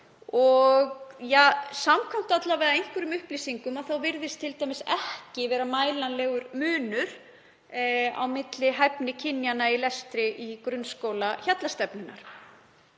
þeirra. Samkvæmt alla vega einhverjum upplýsingum virðist t.d. ekki vera mælanlegur munur á milli hæfni kynjanna í lestri í grunnskóla Hjallastefnunnar.